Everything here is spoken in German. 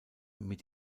mit